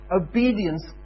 Obedience